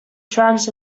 trans